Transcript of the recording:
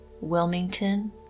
Wilmington